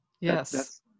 Yes